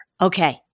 Okay